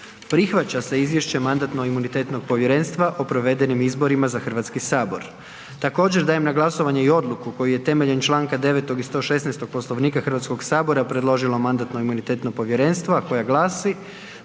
Prihvaća se izvješće Mandatno-imunitetnog povjerenstva o provedenim izborima za Hrvatski sabor. Također dajem na glasovanje i odluku koju je temeljem čl. 9. i 116. Poslovnika Hrvatskog sabora predložilo Mandatno-imunitetno povjerenstvo a koja glasi: